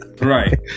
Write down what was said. Right